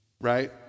right